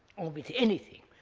or with anything,